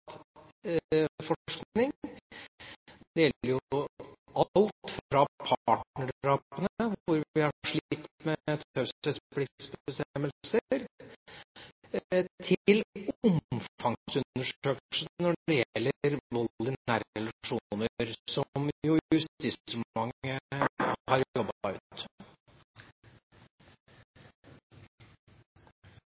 forskning. Det gjelder jo alt fra partnerdrapene, hvor vi har slitt med taushetspliktsbestemmelser, til omfangsundersøkelser når det gjelder vold i nære relasjoner, som jo Justisdepartementet har jobbet ut.